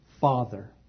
father